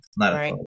Right